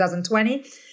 2020